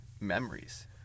memories